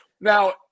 Now